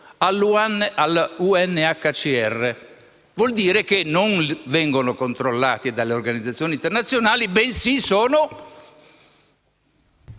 all'UNHCR. Vuol dire che non vengono controllati dalle organizzazioni internazionali, bensì sono